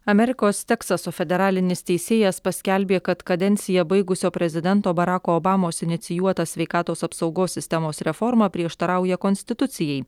amerikos teksaso federalinis teisėjas paskelbė kad kadenciją baigusio prezidento barako obamos inicijuota sveikatos apsaugos sistemos reforma prieštarauja konstitucijai